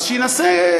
אז שינסה.